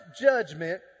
Judgment